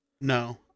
No